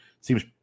Seems